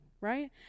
right